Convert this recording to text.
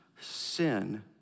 Sin